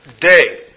day